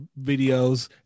videos